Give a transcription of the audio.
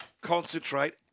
concentrate